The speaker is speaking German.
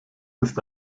ist